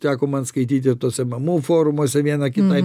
teko man skaityti tuose mamų forumuose viena kitai